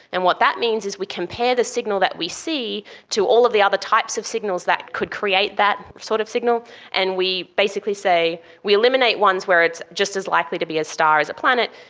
and what that means is we compare the signal that we see to all of the other types of signals that could create that sort of signal and we basically say we eliminate ones where it's just as likely to be a star as a planet,